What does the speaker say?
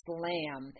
Slam